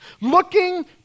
looking